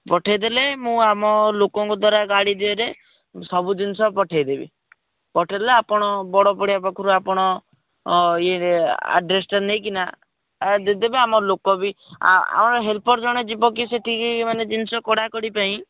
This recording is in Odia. ପଠାଇ ଦେଲେ ମୁଁ ଆମ ଲୋକଙ୍କ ଦ୍ୱାରା ଗାଡ଼ି ଦିହରେ ସବୁ ଜିନିଷ ପଠାଇ ଦେବି ପଠାଇଲେ ଆପଣ ବଡ଼ବଡ଼ିଆ ପାଖରୁ ଆପଣ ଇଏ ଆଡ଼୍ରେସ୍ଟା ନେଇକି ନା ଦେଇଦେବେ ଆମ ଲୋକ ବି ଆମ ଆମର ହେଲପର୍ ଜଣେ ଯିବ କି ସେଠିକି ମାନେ ଜିନିଷ କଢ଼ାକଢ଼ି ପାଇଁ